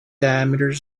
diameter